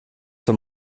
wenn